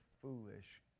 foolish